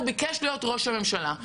הוא ביקש להיות ראש הממשלה.